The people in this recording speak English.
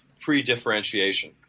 pre-differentiation